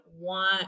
want